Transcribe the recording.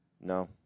No